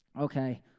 okay